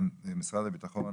משרד הביטחון